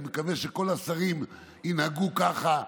אני מקווה שכל השרים ינהגו ככה,